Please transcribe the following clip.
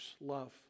love